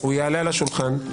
הוא יעלה על השולחן.